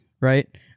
right